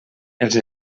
els